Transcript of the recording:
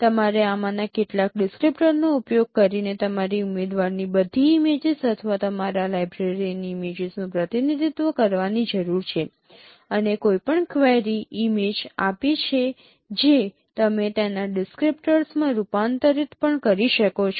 તમારે આમાંના કેટલાક ડિસક્રીપ્ટરનો ઉપયોગ કરીને તમારી ઉમેદવારની બધી ઇમેજીસ અથવા તમારી લાઇબ્રેરીની ઇમેજીસનું પ્રતિનિધિત્વ કરવાની જરૂર છે અને કોઈપણ ક્વેરી ઇમેજ આપી છે જે તમે તેને તેના ડિસક્રીપ્ટર્સમાં રૂપાંતરિત પણ કરી શકો છો